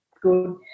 good